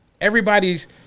Everybody's